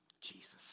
Jesus